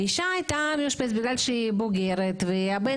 האישה הייתה מאושפזת בגלל שהיא בוגרת והבן